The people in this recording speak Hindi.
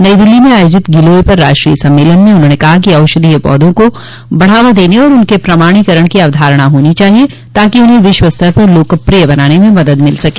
नई दिल्ली में आयोजित गिलोय पर राष्ट्रीय सम्मेलन में उन्हाने कहा कि औषधीय पौधों को बढ़ावा देने और उनके प्रमाणीकरण की अवधारणा होनी चाहिए ताकि उन्हें विश्व स्तर पर लोकप्रिय बनाने में मदद मिल सके